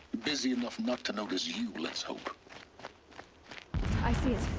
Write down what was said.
busy enough not to notice you, let's hope i see